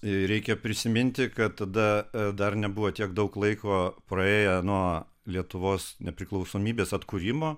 reikia prisiminti kad tada dar nebuvo tiek daug laiko praėję nuo lietuvos nepriklausomybės atkūrimo